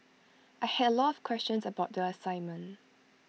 I had A lot of questions about the assignment